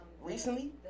recently